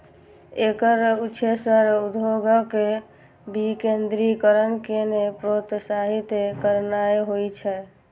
एकर उद्देश्य उद्योगक विकेंद्रीकरण कें प्रोत्साहित करनाय होइ छै